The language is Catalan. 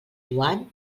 joan